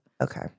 Okay